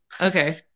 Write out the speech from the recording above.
Okay